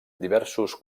diversos